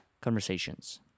conversations